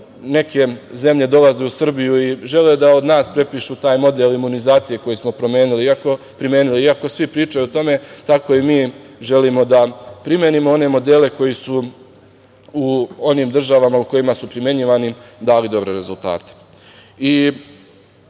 neke zemlje dolaze u Srbiju i žele da od nas prepišu taj model imunizacije koji smo primenili iako svi pričaju o tome, tako i mi želimo da primenimo one modele koji su u onim država u kojima su primenjivani dali dobre rezultate. Pričali